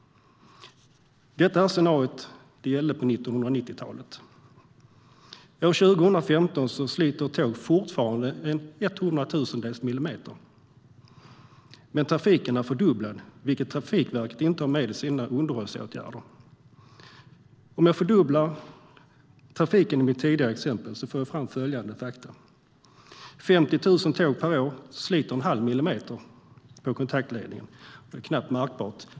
Detta scenario gällde på 1990-talet. År 2015 sliter tåg fortfarande en hundratusendels millimeter, men trafiken är fördubblad, vilket Trafikverket inte har med i sina underhållsåtgärder. Om jag fördubblar trafiken i mitt tidigare exempel får jag fram följande fakta. 50 000 tåg per år sliter en halv millimeter på kontaktledningen. Det är knappt märkbart.